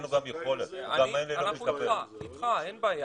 אנחנו איתך, אין בעיה.